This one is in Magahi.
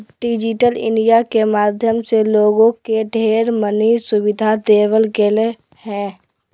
डिजिटल इन्डिया के माध्यम से लोगों के ढेर मनी सुविधा देवल गेलय ह